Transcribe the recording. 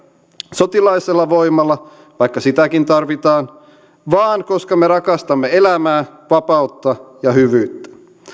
sotilaallisella voimalla vaikka sitäkin tarvitaan vaan koska me rakastamme elämää vapautta ja hyvyyttä